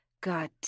God